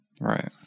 right